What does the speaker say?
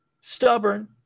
stubborn